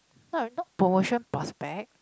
not not promotion prospect